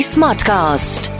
Smartcast